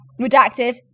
Redacted